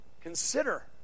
Consider